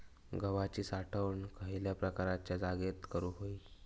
गव्हाची साठवण खयल्या प्रकारच्या जागेत करू होई?